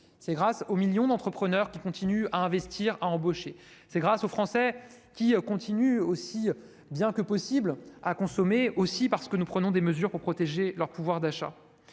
grâce aux millions d'entrepreneurs qui continuent d'investir et d'embaucher et grâce aux Français qui continuent autant que possible de consommer, parce que nous prenons des mesures pour protéger leur pouvoir d'achat.